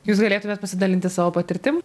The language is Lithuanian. jūs galėtumėt pasidalinti savo patirtim